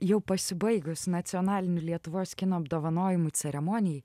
jau pasibaigus nacionalinių lietuvos kino apdovanojimų ceremonijai